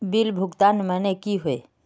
Bill भुगतान माने की होय?